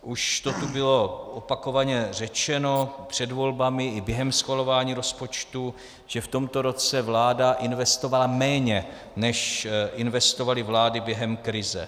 Už to tu bylo opakovaně řečeno před volbami i během schvalování rozpočtu, že v tomto roce vláda investovala méně, než investovaly vlády během krize.